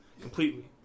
completely